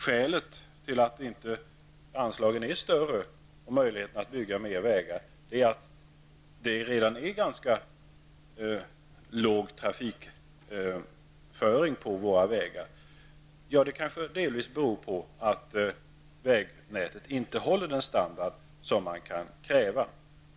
Skälet till att anslagen inte är större och att det inte finns möjlighet att bygga mer vägar är att trafikföringen på våra vägar redan är ganska låg. Detta kanske delvis beror på att vägnätet inte håller den standard man kan kräva.